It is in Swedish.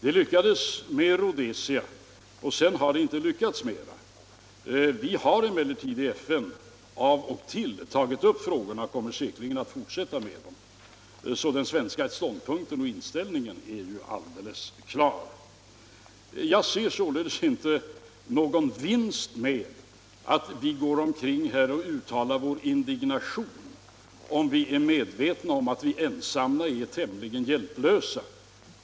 Det lyckades med Rhodesia, och sedan har det inte lyckats mera. Vi har emellertid i FN av och till tagit upp frågorna och kommer säkerligen att fortsätta med det. Så den svenska ståndpunkten är ju alldeles klar. Jag ser således inte någon vinst med att vi går omkring och uttalar vår indignation, om vi är medvetna om att vi ensamma är tämligen hjälplösa.